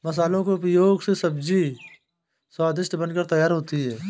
मसालों के उपयोग से सभी सब्जियां स्वादिष्ट बनकर तैयार होती हैं